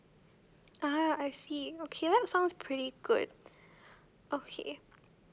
ah I see okay that sounds pretty good okay